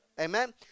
Amen